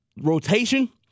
rotation